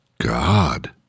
God